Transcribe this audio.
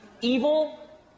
Evil